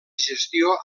gestió